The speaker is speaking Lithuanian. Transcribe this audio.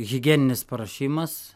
higieninis paruošimas